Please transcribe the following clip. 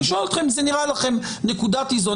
אני שואל אתכם אם זה נראה לכם נקודת איזון.